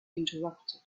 interrupted